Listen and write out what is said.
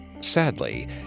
Sadly